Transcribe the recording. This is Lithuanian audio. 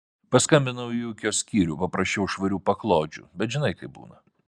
paskambinau į ūkio skyrių paprašiau švarių paklodžių bet žinai kaip būna